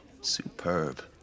Superb